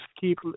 keep